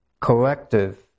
collective